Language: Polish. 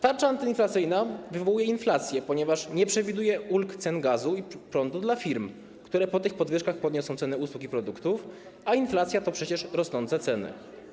Tarcza antyinflacyjna wywołuje inflację, ponieważ nie przewiduje ulg cen gazu i prądu dla firm, które po tych podwyżkach podniosą ceny usług i produktów, a inflacja to przecież rosnące ceny.